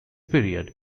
period